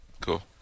Cool